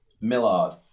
Millard